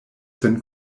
sen